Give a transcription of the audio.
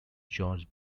jorge